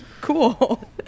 cool